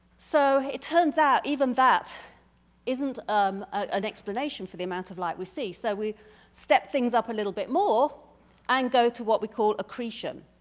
so it turns out even that isn't um ah an explanation for the amount of light we see. so we step things up a little bit more and go to what we call accretion.